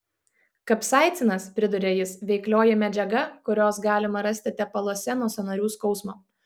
kapsaicinas priduria jis veiklioji medžiaga kurios galima rasti tepaluose nuo sąnarių skausmo